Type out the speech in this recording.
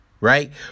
right